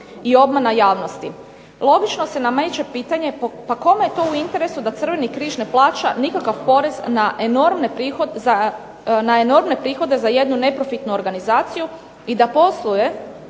i obmana javnosti. Logično se nameće pitanje pa kome je to u interesu da Crveni križ ne plaća nikakav porez na enormne prihode za jednu neprofitnu organizaciju i da posluje